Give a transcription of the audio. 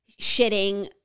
shitting